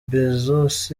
bezos